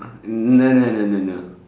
no no no no no